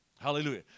Hallelujah